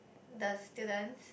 the students